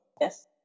Yes